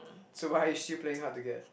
so why are you still playing hard to get